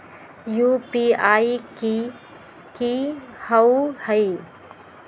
UPI कि होअ हई?